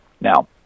Now